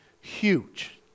Huge